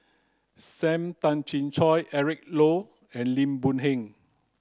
Sam Tan Chin Siong Eric Low and Lim Boon Heng